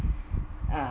uh